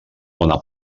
bona